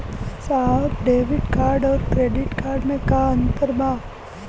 साहब debit card और credit card में का अंतर बा?